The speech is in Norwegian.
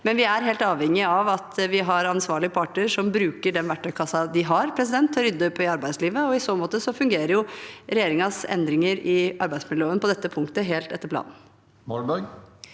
men vi er helt avhengige av at vi har ansvarlige parter som bruker den verktøykassen de har, til å rydde opp i arbeidslivet, og i så måte fungerer jo regjeringens endringer i arbeidsmiljøloven på dette punktet helt etter planen.